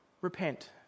repent